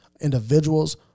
individuals